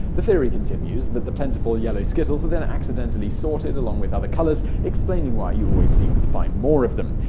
the theory continues that the plentiful yellow skittles are then accidentally sorted along with other colors, explaining why you always seem to find more of them.